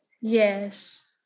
Yes